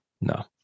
No